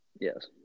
Yes